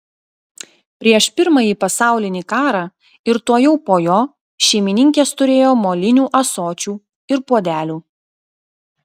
prieš pirmąjį pasaulinį karą ir tuojau po jo šeimininkės turėjo molinių ąsočių ir puodelių